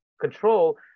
control